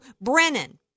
Brennan